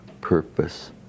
purpose